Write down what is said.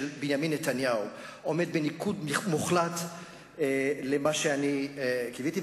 בנימין נתניהו עומד בניגוד מוחלט למה שציפיתי,